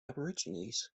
aborigines